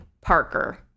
Parker